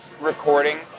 recording